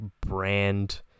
brand